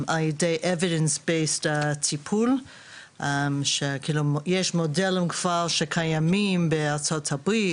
על ידי טיפול שיש מודלים כבר שקיימים בארצות הברית,